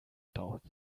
thought